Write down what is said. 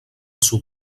sud